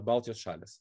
baltijos šalis